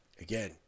again